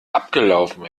abgelaufen